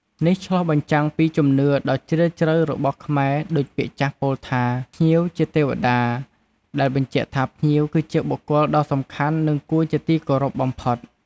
នេះឆ្លុះបញ្ចាំងពីជំនឿដ៏ជ្រាលជ្រៅរបស់ខ្មែរដូចពាក្យចាស់ពោលថា "ភ្ញៀវជាទេវតា" ដែលបញ្ជាក់ថាភ្ញៀវគឺជាបុគ្គលដ៏សំខាន់ និងគួរជាទីគោរពបំផុត។